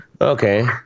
okay